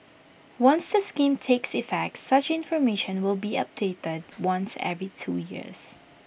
once the scheme takes effect such information will be updated once every two years